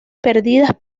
perdidas